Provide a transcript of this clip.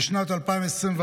ושנת 2024,